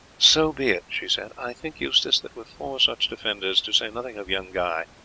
so be it, she said. i think, eustace, that with four such defenders, to say nothing of young guy,